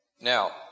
Now